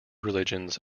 religions